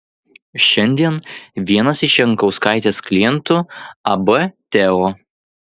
šiandien vienas iš jankauskaitės klientų ab teo